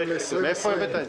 מאיפה הבאת את זה?